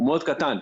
מאוד קטן.